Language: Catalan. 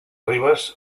ribes